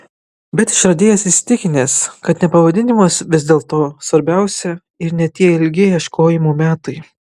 bet išradėjas įsitikinęs kad ne pavadinimas vis dėlto svarbiausia ir ne tie ilgi ieškojimo metai